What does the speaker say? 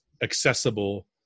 accessible